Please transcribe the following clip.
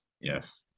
Yes